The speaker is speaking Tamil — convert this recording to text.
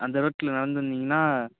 அந்த ரோட்டில் நடந்து வந்தீங்கன்னால்